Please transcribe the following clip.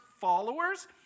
followers